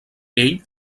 ell